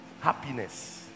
happiness